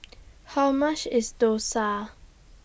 How much IS Dosa